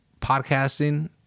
podcasting